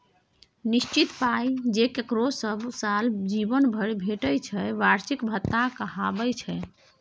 निश्चित पाइ जे ककरो सब साल जीबन भरि भेटय छै बार्षिक भत्ता कहाबै छै